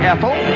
Ethel